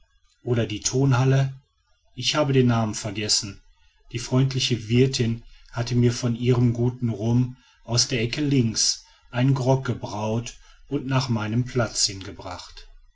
oder die tonhalle ich habe den namen vergessen die freundliche wirtin hatte mir von ihrem guten rum aus der ecke links einen grog gebraut und nach meinem platz hingebracht